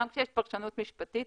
גם כשיש פרשנות משפטית,